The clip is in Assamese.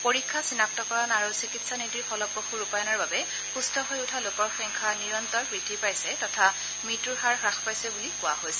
পৰীক্ষা চিনাক্তকৰণ আৰু চিকিৎসা নীতিৰ ফলপ্ৰসূ ৰূপায়ণৰ বাবে সুস্থ হৈ উঠা লোকৰ সংখ্যা নিৰন্তৰ বৃদ্ধি পাইছে তথা মৃত্যূৰ হাৰ হ্ৰাস পাইছে বুলি কোৱা হৈছে